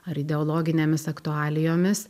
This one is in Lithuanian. ar ideologinėmis aktualijomis